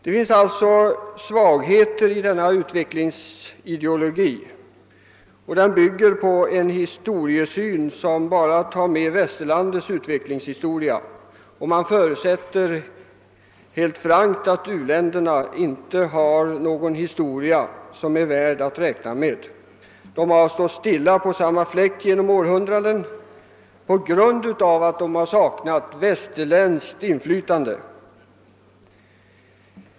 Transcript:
Det finns alltså svagheter i denna utvecklingsideologi, som bygger på en historiesyn som bara tar med västerlandets utvecklingshistoria. Man förutsätter helt frankt att u-länderna inte har någon historia som är värd att räkna med — de har stått stilla på samma fläck genom århundraden eftersom de har saknat västerländskt inflytande.